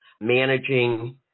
managing